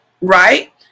right